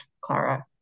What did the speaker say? Clara